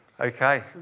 Okay